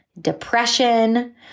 depression